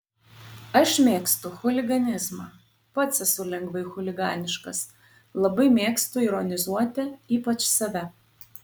aš mėgstu chuliganizmą pats esu lengvai chuliganiškas labai mėgstu ironizuoti ypač save